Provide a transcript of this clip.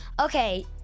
Okay